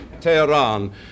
Tehran